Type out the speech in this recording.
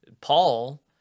Paul